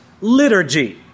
liturgy